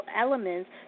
elements